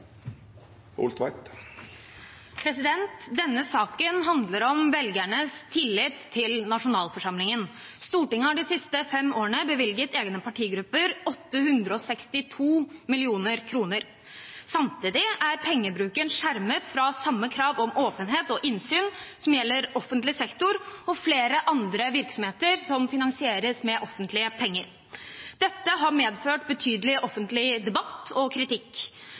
Denne saken handler om velgernes tillit til nasjonalforsamlingen. Stortinget har de siste fem årene bevilget egne partigrupper 862 mill. kr. Samtidig er pengebruken skjermet fra samme krav om åpenhet og innsyn som gjelder offentlig sektor og flere andre virksomheter som finansieres med offentlige penger. Dette har medført betydelig offentlig debatt og kritikk.